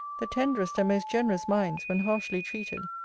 the tenderest and most generous minds, when harshly treated,